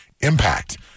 impact